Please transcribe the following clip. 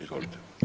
Izvolite.